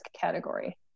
category